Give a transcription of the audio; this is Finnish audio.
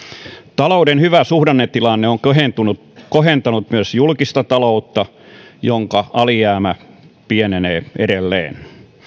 talouden hyvä suhdannetilanne on kohentanut kohentanut myös julkista taloutta jonka alijäämä pienenee edelleen